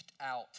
out